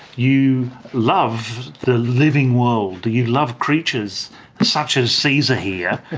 you love the living world, you love creatures such as caesar here,